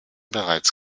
bereits